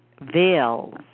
Veils